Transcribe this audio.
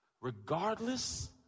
Regardless